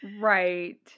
right